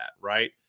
right